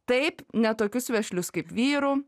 taip ne tokius vešlius kaip vyrų